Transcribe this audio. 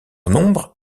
nombre